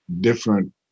different